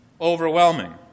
overwhelming